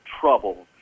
trouble